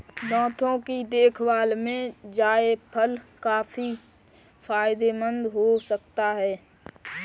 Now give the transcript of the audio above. दांतों की देखभाल में जायफल काफी फायदेमंद हो सकता है